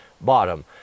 bottom